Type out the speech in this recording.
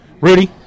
Rudy